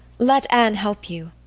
let anne help you.